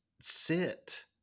sit